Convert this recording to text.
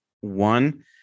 one